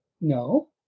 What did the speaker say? No